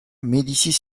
médicis